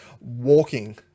walking